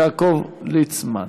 יעקב ליצמן.